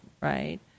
right